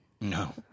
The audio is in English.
No